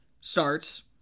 starts